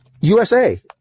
USA